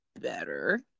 better